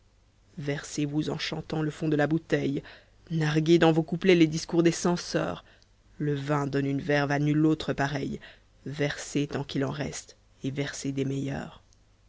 versez vous en chantant le fond de la bouteille narguez dans vos couplets les discours des censeurs le vin donne une verve à nulle autre pareille versez tant qu'il en reste et versez des meilleurs